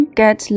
get